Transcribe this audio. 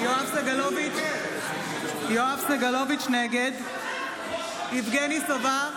סגלוביץ' נגד יבגני סובה,